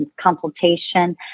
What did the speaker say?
consultation